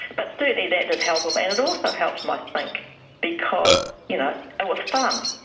but certainly that did help him. and it also helped him i think because you know it was fun.